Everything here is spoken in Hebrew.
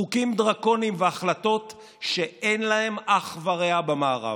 חוקים דרקוניים והחלטות שאין להם אח ורע במערב.